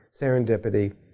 serendipity